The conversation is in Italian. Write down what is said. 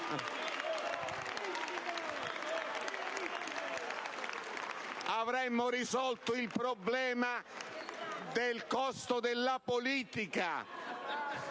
Avremmo risolto il problema dei costi della politica: